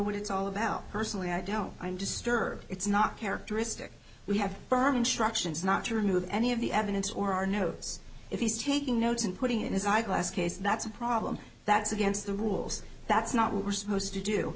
what it's all about personally i don't i'm disturbed it's not characteristic we have firm instructions not to remove any of the evidence or our notes if he's taking notes and putting in his eyeglass case that's a problem that's against the rules that's not what we're supposed to do